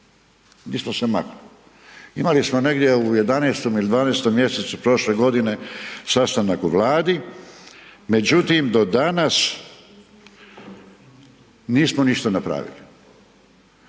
nismo se makli. Imali smo negdje u 11. ili 12. mjesecu prošle godine sastanak u Vladi. Međutim, do danas nismo ništa napravili.